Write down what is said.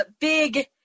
big